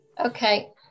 Okay